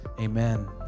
amen